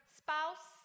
spouse